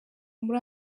muri